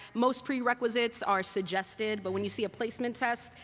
most prerequisites are suggested. but when you see a placement test,